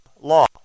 law